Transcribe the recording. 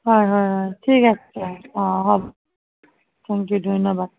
হয় হয় হয় ঠিক আছে অঁ হ'ব থেংক ইউ ধন্যবাদ